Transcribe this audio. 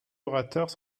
orateurs